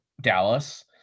Dallas